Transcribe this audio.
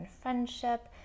friendship